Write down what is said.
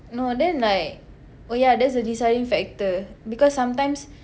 no then like oh yeah that's the deciding factor because sometimes